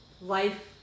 life